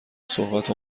صحبت